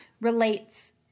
relates